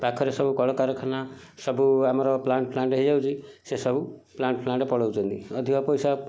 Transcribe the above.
ପାଖରେ ସବୁ କଳକାରଖାନା ସବୁ ଆମର ପ୍ଲାଣ୍ଟ୍ ଫ୍ଲାଣ୍ଟ୍ ହେଉଯାଉଛି ସେ ସବୁ ପ୍ଲାଣ୍ଟ୍ ଫ୍ଲାଣ୍ଟ ପଳାଉଛନ୍ତି ଅଧିକା ପଇସା